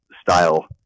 style